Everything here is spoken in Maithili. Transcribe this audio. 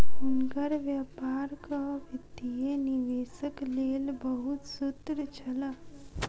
हुनकर व्यापारक वित्तीय निवेशक लेल बहुत सूत्र छल